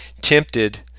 tempted